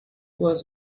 was